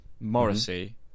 Morrissey